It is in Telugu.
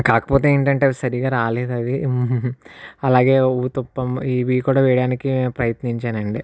కాకపోతే ఏంటి అంటే సరిగా రాలేదు అది అలాగే ఉతప్పం ఇవి కూడా వేయడానికి నేను ప్రయత్నించాను అండి